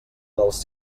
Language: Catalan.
dels